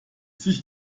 sich